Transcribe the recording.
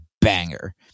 banger